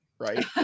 right